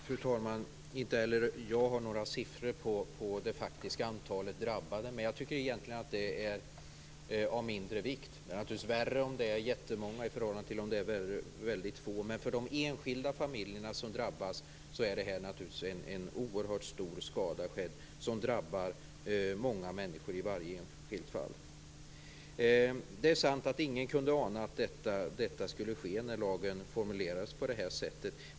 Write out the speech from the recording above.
Fru talman! Inte heller jag har några siffror på det faktiska antalet drabbade. Men jag tycker egentligen att det är av mindre vikt. Det är naturligtvis värre om det är jättemånga än om det är väldigt få. Men för de enskilda familjer som drabbas är detta naturligtvis en oerhört stor skada som drabbar många människor i varje enskilt fall. Det är sant att ingen kunde ana att detta skulle ske när lagen formulerades på detta sätt.